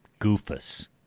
Goofus